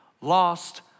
lost